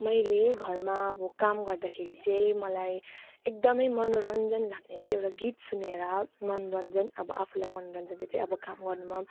मैले घरमा अब काम गर्दाखेरि चाहिँ मलाई एकदमै मनोरञ्जन लाग्ने चाहिँ एउटा गीत सुनेर मनोरञ्जन अब आफूलाई मनोरञ्जन दिँदै अब काम गर्नुमा